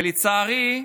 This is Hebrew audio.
לצערי,